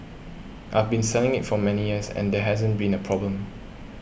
I have been selling it for many years and there hasn't been a problem